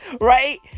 Right